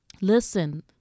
Listen